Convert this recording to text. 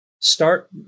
Start